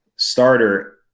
starter